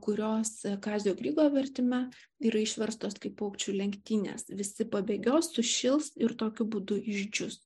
kurios kazio grigo vertime yra išverstos kaip paukščių lenktynės visi pabėgios sušils ir tokiu būdu išdžius